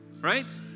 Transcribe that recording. right